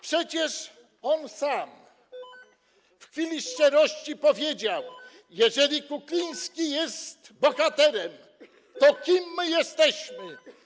Przecież on sam w chwili szczerości powiedział: Jeżeli Kukliński jest bohaterem, to kim my jesteśmy?